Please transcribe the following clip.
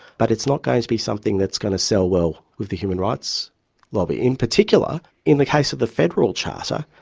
but it's not going to be something that's going to sell well with the human rights lobby, in particular in the case of the federal charter,